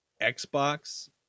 Xbox